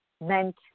meant